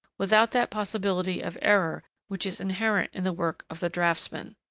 without that possibility of error which is inherent in the work of the draughtsman.